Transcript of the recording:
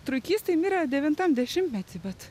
truikys mirė devintam dešimtmety bet